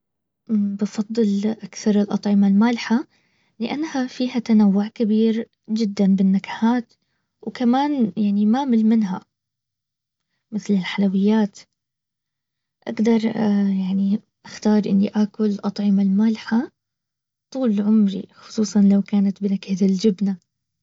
بفضل اكثر الاطعمة المالحة لانها فيها تنوع كبير جدا بالنكهات وكمان يعني ما مل منها مثل الحلويات اقدر يعني اختار اني اكل اطعمة المالحة طول عمري خصوصا لو كانت بنكهه الجبنه